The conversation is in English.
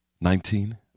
Nineteen